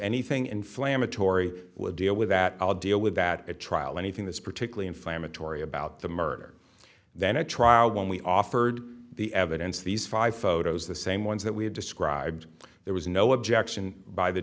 anything inflammatory would deal with that i'll deal with that at trial anything that's particularly inflammatory about the murder then a trial when we offered the evidence these five photos the same ones that we have described there was no objection by the